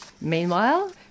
Meanwhile